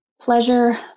pleasure